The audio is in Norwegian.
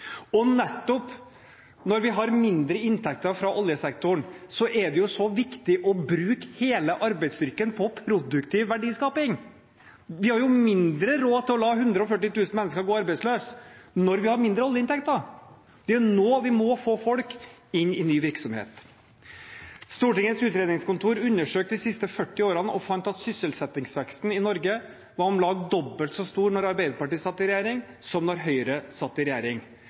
Nettopp når vi har mindre inntekter fra oljesektoren, er det så viktig å bruke hele arbeidsstyrken til produktiv verdiskaping. Vi har dårligere råd til å la 140 000 mennesker gå arbeidsledige når vi har mindre oljeinntekter. Det er nå vi må få folk inn i ny virksomhet. Stortingets utredningsseksjon undersøkte de siste 40 årene og fant at sysselsettingsveksten i Norge var om lag dobbelt så stor da Arbeiderpartiet satt i regjering, som da Høyre satt i regjering.